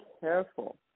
careful